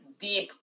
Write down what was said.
deep